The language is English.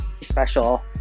special